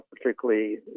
particularly